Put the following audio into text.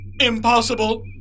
Impossible